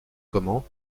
comment